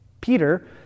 Peter